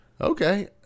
Okay